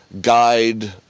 guide